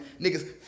niggas